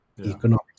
economic